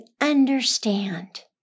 understand